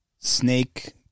snake